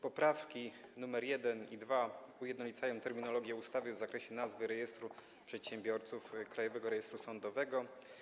Poprawki nr 1 i 2 ujednolicają terminologię ustawy w zakresie nazwy rejestru przedsiębiorców Krajowego Rejestru Sądowego.